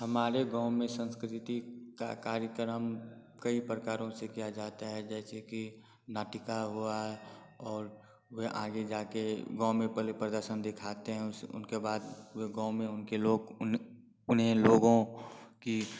हमारे गाँव में संस्कृति का कार्यक्रम कई प्रकारों से किया जाता है जैसे की नाटिका हुआ और वह आगे जाकर गाँव में पहले प्रदर्शन दिखाते हैं उस उनके बाद गाँव में उनके लोग उन्हें लोगों की